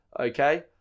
okay